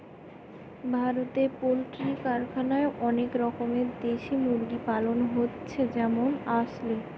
ভারতে পোল্ট্রি কারখানায় অনেক রকমের দেশি মুরগি পালন হচ্ছে যেমন আসিল